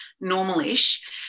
normal-ish